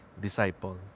disciple